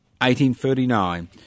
1839